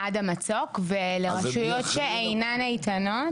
עד המצוק, ולרשויות שאינן איתנות,